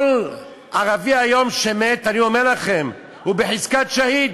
כל ערבי היום שמת, אני אומר לכם, הוא בחזקת שהיד.